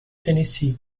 tennessee